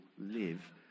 live